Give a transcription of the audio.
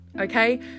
okay